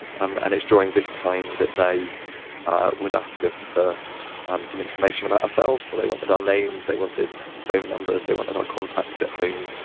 um and it's during this time that they would ask us for um some information about ourselves. so they wanted our names, they wanted phone numbers, they wanted our contacts at home,